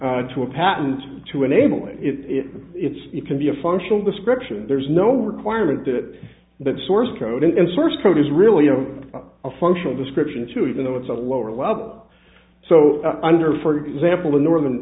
to a patent to enabling it it's it can be a functional description and there's no requirement that that source code and first code is really i'm a functional description too even though it's a lower level so under for example the northern